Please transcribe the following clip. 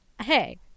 hey